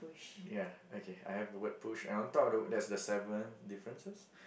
ya okay I have a word push and on top of the word there's the seven differences